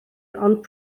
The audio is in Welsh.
ond